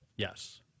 Yes